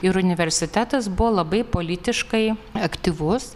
ir universitetas buvo labai politiškai aktyvus